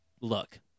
Look